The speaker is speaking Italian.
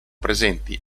presenti